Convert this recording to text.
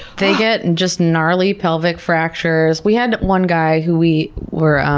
they get and just gnarly pelvic fractures. we had one guy who we were